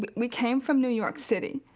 but we came from new york city.